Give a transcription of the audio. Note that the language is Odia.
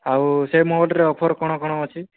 ଆଉ ସେ ମୋଟରେ ଅଫର କ'ଣ କ'ଣ ଅଛି